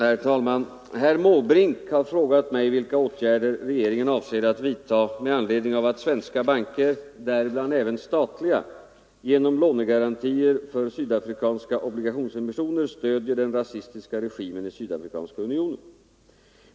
Herr talman! Herr Måbrink har frågat mig vilka åtgärder regeringen avser att vidta med anledning av att svenska banker, däribland även statliga, genom lånegarantier för sydafrikanska obligationsemissioner stödjer den rasistiska regimen i Sydafrikanska unionen.